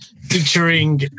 Featuring